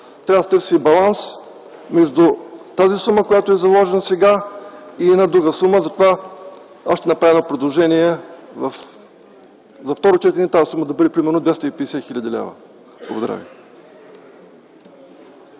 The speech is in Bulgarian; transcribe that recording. Трябва да се търси баланс между тази сума, която е заложена сега, и една друга сума, затова аз ще направя едно предложение – за второ четене тази сума да бъде, примерно, 250 хил. лв. Благодаря.